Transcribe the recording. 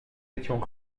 étions